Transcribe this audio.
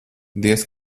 diez